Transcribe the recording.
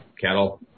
cattle